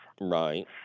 Right